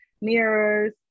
mirrors